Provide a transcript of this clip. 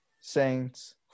Saints